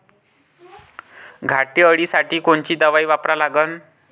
घाटे अळी साठी कोनची दवाई वापरा लागन?